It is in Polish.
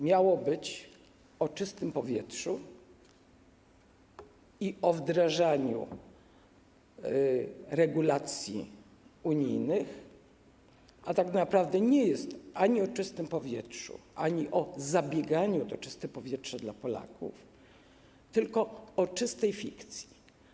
Miało być o czystym powietrzu i o wdrożeniu regulacji unijnych, a nie jest ani o czystym powietrzu, ani o zabieganiu o to czyste powietrze dla Polaków, tylko o czystej fikcji.